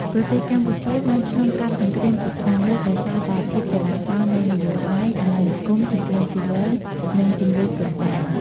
ប្រទេសកម្ពុជា បានឆ្លងកាត់សង្រ្គាមជាច្រើនលើក ដោយសារតែភាពចលាចលនៃនយោបាយ អាណានិគម សង្រ្គាមស៊ីវិល និងជម្លោះព្រំដែន។